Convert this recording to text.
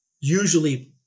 usually